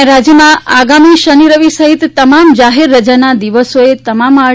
દરમિયાન રાજ્યમાં આગામી શનિ રવિ સહિત તમામ જાહેર રજાના દિવસોએ તમામ આર